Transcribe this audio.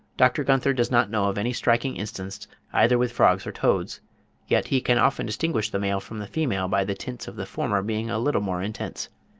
dr. gunther does not know of any striking instance either with frogs or toads yet he can often distinguish the male from the female by the tints of the former being a little more intense.